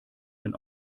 denn